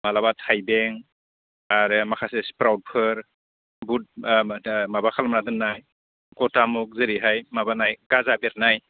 माब्लाबा थाइबें आरो माखासे स्प्राउटफोर बुट माबा खालामना दोननाय गता मुग जेरैहाय माबानाय गाजा बेरनाय